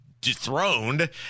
dethroned